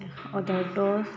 ꯑꯣꯗꯔꯗꯣ